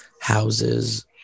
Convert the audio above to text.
houses